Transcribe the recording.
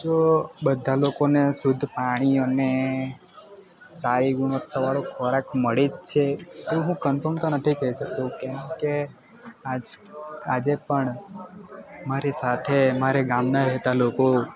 જો બધા લોકોને શુદ્ધ પાણી અને સારી ગુણવત્તાવાળો ખોરાક મળે જ છે તો હું કન્ફ્રર્મ તો નથી કહી શકતો કેમકે આજ આજે પણ મારી સાથે મારે ગામના રહેતા લોકો